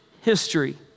history